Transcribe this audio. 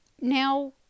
now